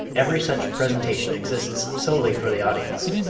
every such presentation exists solely for the audience,